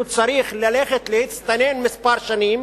הוא צריך ללכת להצטנן מספר שנים